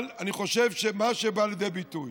אבל אני חושב שמה שבא לידי ביטוי